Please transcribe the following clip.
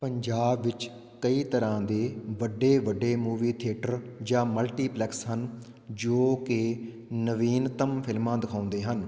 ਪੰਜਾਬ ਵਿੱਚ ਕਈ ਤਰ੍ਹਾਂ ਦੇ ਵੱਡੇ ਵੱਡੇ ਮੂਵੀ ਥੀਏਟਰ ਜਾਂ ਮਲਟੀਪਲੈਕਸ ਹਨ ਜੋ ਕਿ ਨਵੀਨਤਮ ਫਿਲਮਾਂ ਦਿਖਾਉਂਦੇ ਹਨ